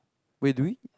wait do we